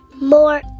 more